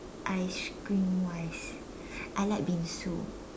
ice cream wise I like bingsu